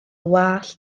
wallt